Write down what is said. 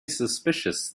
suspicious